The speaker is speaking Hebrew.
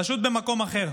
פשוט במקום אחר,